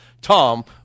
tom